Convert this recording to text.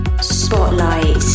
Spotlight